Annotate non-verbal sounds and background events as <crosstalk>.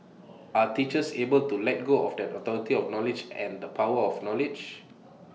<noise> are teachers able to let go of that authority of knowledge and the power of knowledge